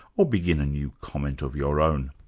or begin a new comment of your own.